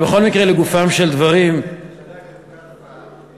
בכל מקרה, לגופם של דברים, חברת הכנסת קלפה,